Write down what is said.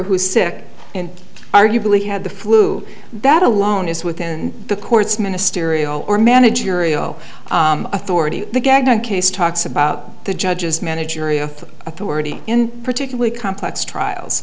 is sick and arguably had the flu that alone is within the court's ministerial or managerial authority the gaghan case talks about the judge's managerial authority in particularly complex trials